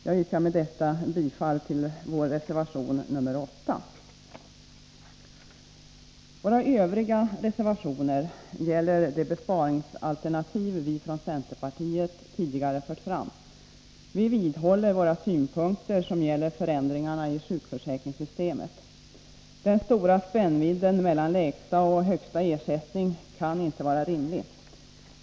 Jag yrkar med detta bifall till vår reservation nr 8. Våra övriga reservationer gäller de besparingsalternativ vi från centerpartiet tidigare fört fram. Vi vidhåller våra synpunkter som gäller förändringarna i sjukförsäkringssystemet. Den stora spännvidden mellan lägsta och högsta ersättning kan inte vara rimlig.